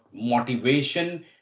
motivation